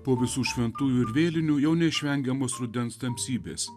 po visų šventųjų ir vėlinių jo neišvengiamos rudens tamsybės